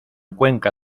cuenca